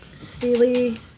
steely